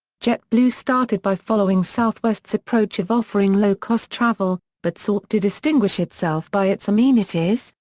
jetblue started by following southwest's approach of offering low-cost travel, but sought to distinguish itself by its amenities,